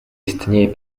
istnieje